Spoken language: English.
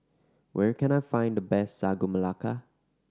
where can I find the best Sagu Melaka